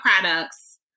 products